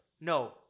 No